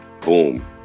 boom